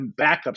backups